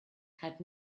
had